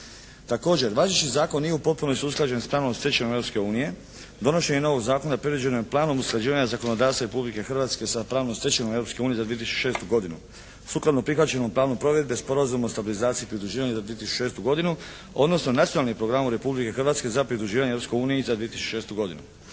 Također važeći zakon nije u potpunosti usklađen s pravnom stečevinom Europske unije, donošenje novog Zakona predviđeno je planom usklađivanja zakonodavstva Republike Hrvatske sa pravnom stečevinom Europske unije za 2006. godinu. Sukladno prihvaćenom planu provedbe Sporazuma o stabilizaciji i pridruživanju za 2006. godinu, odnosno nacionalnim programom Republike Hrvatske za pridruživanje Europskoj uniji za 2006. godinu.